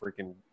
freaking